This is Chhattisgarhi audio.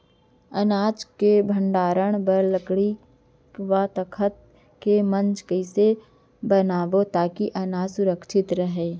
अनाज के भण्डारण बर लकड़ी व तख्ता से मंच कैसे बनाबो ताकि अनाज सुरक्षित रहे?